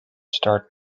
start